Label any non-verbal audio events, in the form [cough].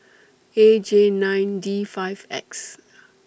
A J nine D five X [noise]